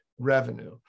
revenue